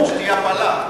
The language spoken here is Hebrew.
יש, יש שמחה.